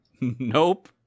nope